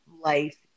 life